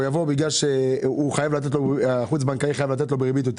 בגלל שהחוץ בנקאי חייב לתת לו בריבית יותר